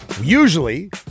Usually